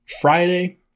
Friday